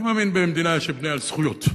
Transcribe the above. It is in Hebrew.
אני מאמין במדינה שבנויה על זכויות.